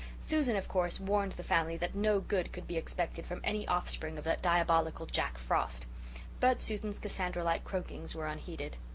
susan, of course, warned the family that no good could be expected from any offspring of that diabolical jack frost but susan's cassandra-like croakings were unheeded.